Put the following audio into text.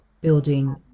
building